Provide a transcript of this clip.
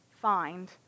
find